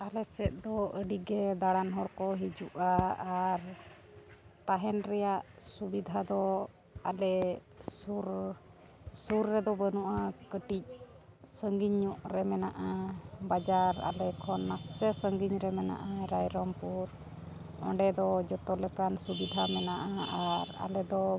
ᱟᱞᱮ ᱥᱮᱫ ᱫᱚ ᱟᱹᱰᱤᱜᱮ ᱫᱟᱲᱟᱱ ᱦᱚᱲ ᱠᱚ ᱦᱤᱡᱩᱜᱼᱟ ᱟᱨ ᱛᱟᱦᱮᱱ ᱨᱮᱭᱟᱜ ᱥᱩᱵᱤᱫᱷᱟ ᱫᱚ ᱟᱞᱮ ᱥᱩᱨ ᱥᱩᱨ ᱨᱮᱫᱚ ᱵᱟᱹᱱᱩᱜᱼᱟ ᱠᱟᱹᱴᱤᱡ ᱥᱟᱺᱜᱤᱧ ᱧᱚᱜᱨᱮ ᱢᱮᱱᱟᱜᱼᱟ ᱵᱟᱡᱟᱨ ᱟᱞᱮ ᱠᱷᱚᱱ ᱱᱟᱥᱮ ᱥᱟᱺᱜᱤᱧ ᱨᱮ ᱢᱮᱱᱟᱜᱼᱟ ᱨᱟᱭᱨᱚᱢᱯᱩᱨ ᱚᱸᱰᱮ ᱫᱚ ᱡᱚᱛᱚ ᱞᱮᱠᱟᱱ ᱥᱩᱵᱤᱫᱷᱟ ᱢᱮᱱᱟᱜᱼᱟ ᱟᱨ ᱟᱞᱮ ᱫᱚ